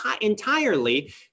entirely